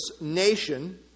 nation